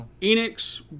Enix